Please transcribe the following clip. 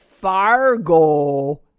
Fargo